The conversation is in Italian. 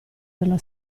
della